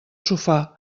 sofà